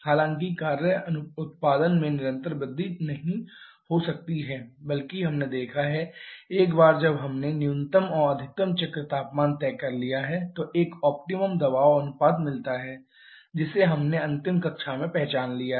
हालाँकि कार्य उत्पादन में निरंतर वृद्धि नहीं हो सकती है बल्कि हमने देखा है कि एक बार जब हमने न्यूनतम और अधिकतम चक्र तापमान तय कर लिया है तो एक ऑप्टिमम दबाव अनुपात मिलता है जिसे हमने अंतिम कक्षा में पहचान लिया है